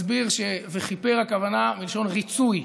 מסביר ש"וכִפר" הכוונה מלשון ריצוי: